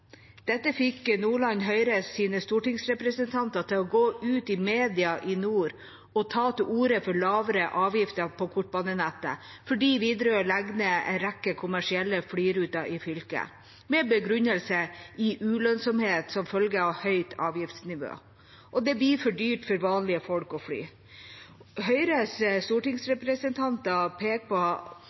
Dette fikk Nordland Høyres stortingsrepresentanter til å gå ut i media i nord og ta til orde for lavere avgifter på kortbanenettet, for Widerøe legger ned en rekke kommersielle flyruter i fylket med begrunnelse i ulønnsomhet som følge av høyt avgiftsnivå, og det blir for dyrt for vanlige folk å fly. Nordland Høyres stortingsrepresentanter peker på